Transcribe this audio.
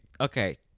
okay